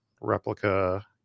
replica